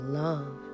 love